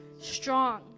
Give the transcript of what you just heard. strong